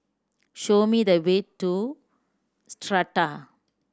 show me the way to Strata